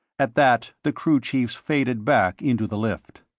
at that the crew chiefs faded back into the lift.